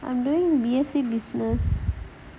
I am doing business